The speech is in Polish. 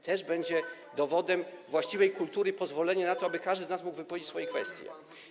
Też będzie dowodem właściwej kultury pozwolenie na to, aby każdy z nas mógł wypowiedzieć swoje kwestie.